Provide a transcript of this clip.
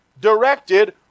directed